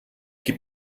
gib